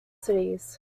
cities